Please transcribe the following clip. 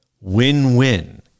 win-win